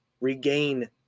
regain